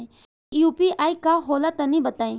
इ यू.पी.आई का होला तनि बताईं?